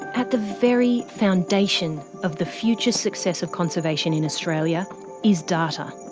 at the very foundation of the future success of conservation in australia is data.